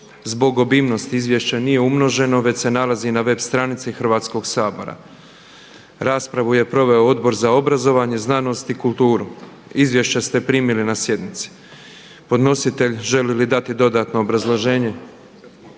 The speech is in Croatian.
Zbog obimnosti izvješća nije umnoženo već se nalazi na web stranici Hrvatskog sabora. Raspravu je proveo Odbor za obrazovanje, znanost i kulturu. Izvješće ste primili na sjednici. Podnositelj želi li dati dodatno obrazloženje.